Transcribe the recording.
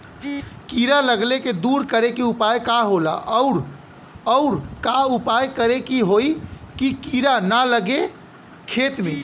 कीड़ा लगले के दूर करे के उपाय का होला और और का उपाय करें कि होयी की कीड़ा न लगे खेत मे?